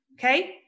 Okay